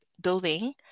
building